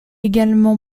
également